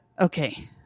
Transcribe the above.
okay